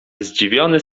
zdziwiony